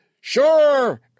Sure